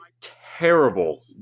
terrible